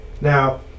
Now